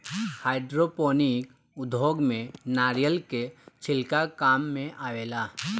hydroponic उद्योग में नारिलय के छिलका काम मेआवेला